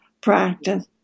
practice